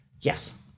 Yes